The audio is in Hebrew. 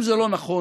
אם זה לא נכון,